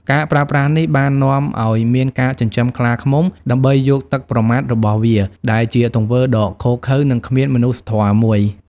ការប្រើប្រាស់នេះបាននាំឱ្យមានការចិញ្ចឹមខ្លាឃ្មុំ ដើម្បីយកទឹកប្រមាត់របស់វា ដែលជាទង្វើដ៏ឃោរឃៅ និងគ្មានមនុស្សធម៌មួយ។